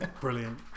Brilliant